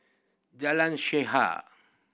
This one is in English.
Jalan